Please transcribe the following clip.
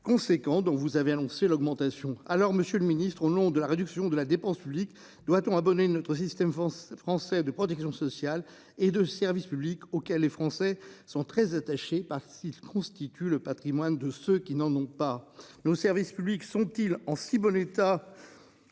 Conséquent dont vous avez annoncé l'augmentation. Alors Monsieur le Ministre, au nom de la réduction de la dépense publique doit-on abonné de notre système français de protection sociale et de services publics auxquels les Français sont très attachés parce il croustille tu le Patrimoine de ceux qui n'en ont pas. Nos services publics sont-ils en si bon état.